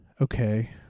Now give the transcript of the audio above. okay